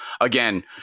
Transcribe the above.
again